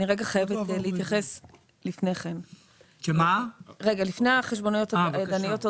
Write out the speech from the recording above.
אני חייבת להתייחס לפני כן ולומר עוד מילה.